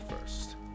first